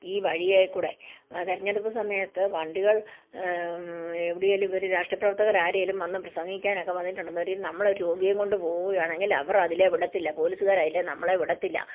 ഈ വഴിയേൽ കൂടെ തിരഞ്ഞെടുപ്പ് സമയത്ത് വണ്ടികൾ എവിടേലും ഇവർ രാഷ്ട്രീയ പ്രവർത്തകർ ആരേലും വന്ന് പ്രസംഗിക്കാൻ ഒക്കെ വന്നിട്ടുണ്ടേൽ നമ്മൾ ഒരു രോഗിയെയും കൊണ്ട് പോവുകയാണെങ്കിൽ അവർ അതിലെ വിടത്തില്ല പോലീസുകാർ അതിലെ നമ്മളെ വിടത്തില്ല